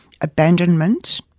abandonment